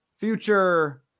future